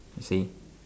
see